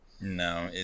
no